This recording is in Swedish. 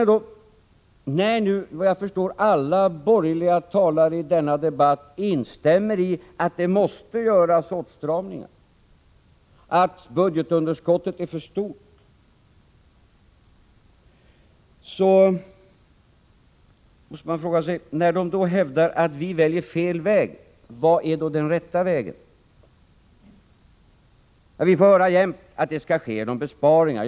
Såvitt jag förstår instämmer alla borgerliga talare i denna debatt i att det måste göras åtstramningar och att budgetunderskottet är för stort. När de hävdar att vi väljer fel väg, måste man fråga: Vilken är då den rätta vägen? Vi får jämt höra att det skall ske genom besparingar.